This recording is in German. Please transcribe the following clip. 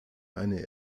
eine